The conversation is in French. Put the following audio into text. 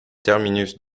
terminus